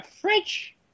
French